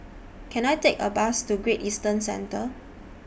Can I Take A Bus to Great Eastern Centre